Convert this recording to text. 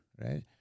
right